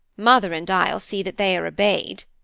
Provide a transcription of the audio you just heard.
mother and i'll see that they are obeyed,